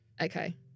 Okay